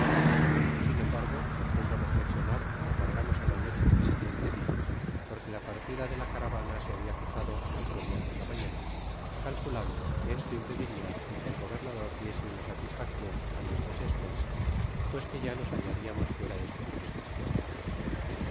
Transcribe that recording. sin embargo despues de reflexionar aguardamos á iá soche del siguiente dia porque la partida de la caravana se habla fijado al otro dia por la mañana calculando que esto impediria el que el gobernador diese una satisfaccion á nuestras espensas pues que ya nos hallariamos fuera de su jurisdiccion